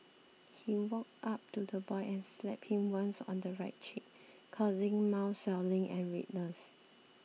he walked up to the boy and slapped him once on the right cheek causing mild swelling and redness